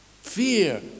Fear